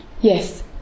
Yes